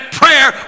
prayer